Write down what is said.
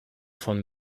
von